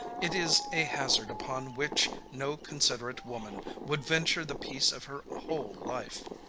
it is a hazard upon which no considerate woman would venture the peace of her whole life.